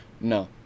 no